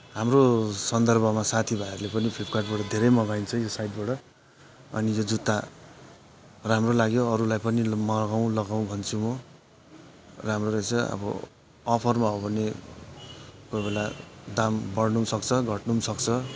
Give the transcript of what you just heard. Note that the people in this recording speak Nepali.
हाम्रो सन्दर्भमा साथी भाइहरूले पनि फ्लिपकार्टबाट धेरै मगाइन्छ यो साइटबाट अनि यो जुत्ता राम्रो लाग्यो अरूलाई पनि मगाउ लगाउ भन्छु म राम्रो रहेछ अब अफरमा हो भने कोही बेला दाम बढ्नु पनि सक्छ घट्नु पनि सक्छ